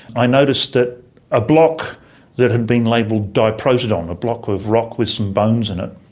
i noticed that a block that had been labelled diprotodon, a block of rock with some bones in it,